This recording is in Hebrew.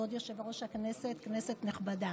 כבוד היושב-ראש, כנסת נכבדה,